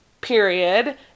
period